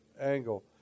angle